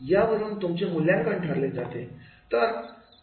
यावरून तुमचे मूल्यांकन ठरले जाते